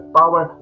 power